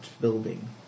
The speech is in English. building